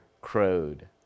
crowed